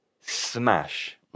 smash